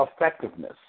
effectiveness